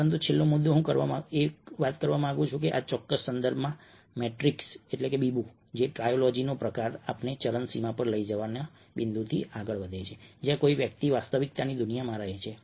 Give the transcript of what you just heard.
પરંતુ છેલ્લો મુદ્દો હું કરવા માંગુ છું કે આ ચોક્કસ સંદર્ભમાં મેટ્રિક્સબીબુંટ્રાયોલોજીનો પ્રકાર આપણને ચરમસીમા પર લઈ જવાના બિંદુથી આગળ વધે છે જ્યાં કોઈ વ્યક્તિ વાસ્તવિકતાની દુનિયામાં રહે છે